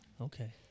Okay